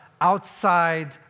outside